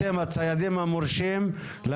אתם הציידים המורשים,